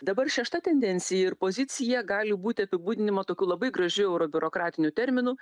dabar šešta tendencija ir pozicija gali būti apibūdinimo tokiu labai gražiu euro biurokratiniu terminu